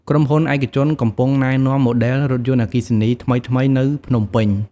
ក្រុមហ៊ុនឯកជនកំពុងណែនាំម៉ូដែល រថយន្តអគ្គីសនី ថ្មីៗនៅភ្នំពេញ។